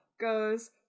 goes